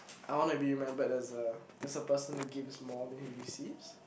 I want to be remembered as a as a person who gives more than he receives